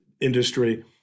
industry